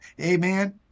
Amen